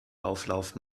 auflauf